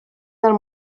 del